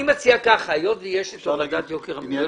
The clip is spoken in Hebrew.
אני מציע שהיות ויש את מדד יוקר המחייה,